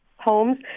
homes